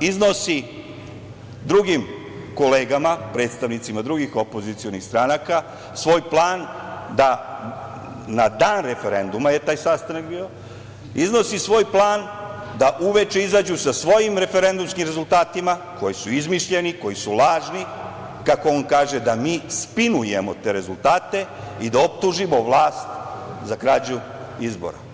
iznosi drugim kolegama, predstavnicima drugih opozicionih stranaka svoj plan da, na dan referenduma je taj sastanak bio, uveče izađu sa svojim referendumskim rezultatima, koji su izmišljeni, koji su lažni, kako on kaže, da mi spinujemo te rezultate i da optužimo vlast za krađu izbora.